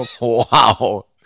Wow